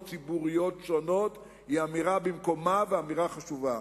ציבוריות שונות היא אמירה במקומה ואמירה חשובה.